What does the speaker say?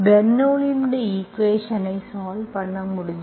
பெர்னோள்ளியின் ஈக்குவேஷன்ஐ சால்வ் பண்ண முடியும்